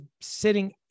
sitting